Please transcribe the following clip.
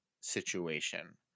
situation